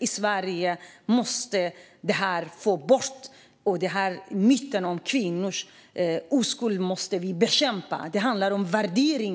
I Sverige måste detta bort. Vi måste bekämpa myten om kvinnors oskuld. Det handlar om värderingar.